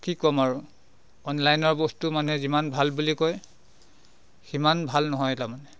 কি ক'ম আৰু অনলাইনৰ বস্তু মানুহে যিমান ভাল বুলি কয় সিমান ভাল নহয় তাৰ মানে